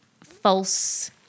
false